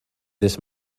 this